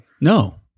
no